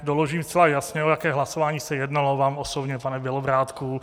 Doložím zcela jasně, o jaké hlasování se jednalo, vám osobně, pane Bělobrádku.